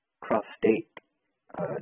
cross-state